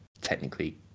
technically